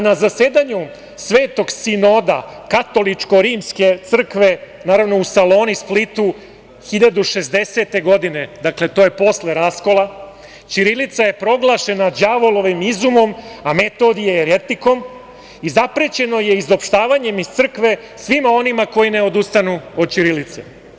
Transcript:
Na zasedanju svetog Sinoda katoličko Rimske crkve, naravno, u Saloni i Splitu, 1060. godine, dakle, to je posle raskola, ćirilica je proglašena đavolovim izumom a Metodije jeretikom i zaprećeno je izopštavanjem iz crkve svima onima koji ne odustanu od ćirilice.